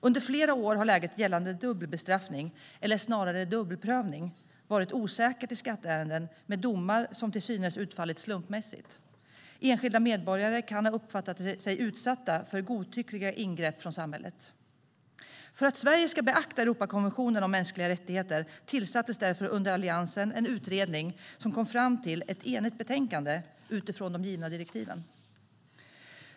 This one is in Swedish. Under flera år har läget gällande dubbelbestraffning, eller snarare dubbelprövning, varit osäkert för skatteärenden, med domar som till synes utfallit slumpmässigt. Enskilda medborgare kan ha uppfattat sig som utsatta för godtyckliga ingrepp från samhällets sida. För att Sverige ska beakta Europeiska konventionen om skydd för de mänskliga rättigheterna tillsattes därför under Alliansen en utredning som kom fram till ett enigt betänkande utifrån de givna direktiven.